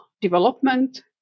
development